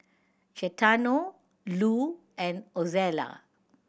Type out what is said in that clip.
Gaetano Lu and Ozella